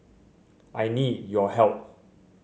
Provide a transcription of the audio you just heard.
I need your help